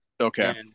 okay